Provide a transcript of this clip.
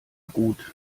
gut